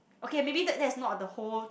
okay maybe that that's not the whole